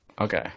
Okay